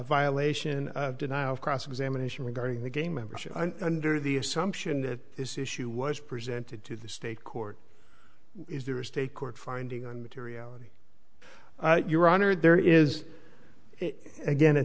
violation of cross examination regarding the game membership under the assumption that this issue was presented to the state court is there a state court finding and materiality your honor there is again it